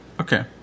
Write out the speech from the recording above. Okay